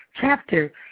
chapter